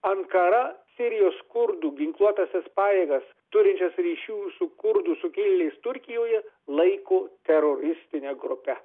ankara sirijos kurdų ginkluotąsias pajėgas turinčias ryšių su kurdų sukilėliais turkijoje laiko teroristine grupe